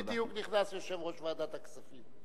בדיוק נכנס יושב-ראש ועדת הכספים.